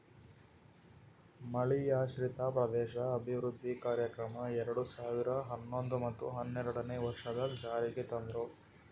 ಮಳೆಯಾಶ್ರಿತ ಪ್ರದೇಶ ಅಭಿವೃದ್ಧಿ ಕಾರ್ಯಕ್ರಮ ಎರಡು ಸಾವಿರ ಹನ್ನೊಂದು ಮತ್ತ ಹನ್ನೆರಡನೇ ವರ್ಷದಾಗ್ ಜಾರಿಗ್ ತಂದ್ರು